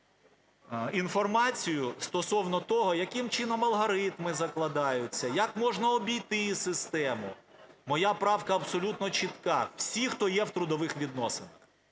інформацію стосовно того, яким чином алгоритми закладаються, як можна обійти систему. Моя правка абсолютно чітка. Всіх, хто є в трудових відносинах,